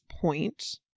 point